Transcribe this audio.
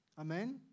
Amen